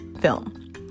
Film